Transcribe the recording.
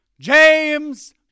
James